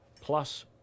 plus